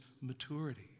maturity